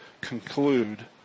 conclude